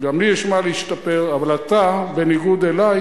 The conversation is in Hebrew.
גם לי יש מה להשתפר, אבל אתה, בניגוד אלי,